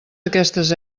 aquestes